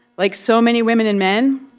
like so many women and men,